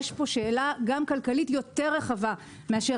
יש פה גם שאלה כלכלית יותר רחבה מאשר